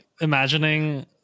imagining